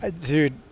dude